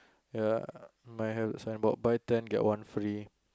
ya might have signboard buy ten get one free